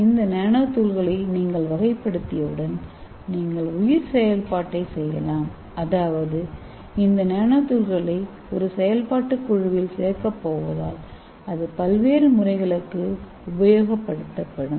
எனவே இந்த நானோதுகள்களை நீங்கள் வகைப்படுத்தியவுடன் நீங்கள் உயிர் செயல்பாட்டைச் செய்யலாம் அதாவது இந்த நானோதுகள்களை ஒரு செயல்பாட்டுக்குழுவில் சேர்க்கப்போவதால் அது பல்வேறு முறைகளுக்கு உபயோகப்படுத்தப்படும்